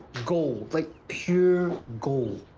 gold. like, pure gold.